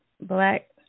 Black